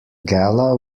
gala